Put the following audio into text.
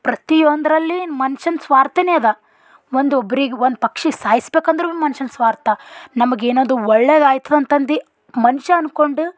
ಪ್ರತಿಯೊಂದರಲ್ಲಿ ಮನ್ಷನ ಸ್ವಾರ್ಥವೇ ಅದು ಒಂದು ಒಬ್ರಿಗೆ ಒಂದು ಪಕ್ಷಿ ಸಾಯಿಸ್ಬೇಕಂದ್ರೂ ಮನ್ಷನ ಸ್ವಾರ್ಥ ನಮಗೆ ಏನಾದ್ರೂ ಒಳ್ಳೆದಾಯಿತು ಅಂತಂದು ಮನುಷ್ಯ ಅಂದ್ಕೊಂಡು